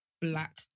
Black